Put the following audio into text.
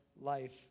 life